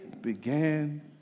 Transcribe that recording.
began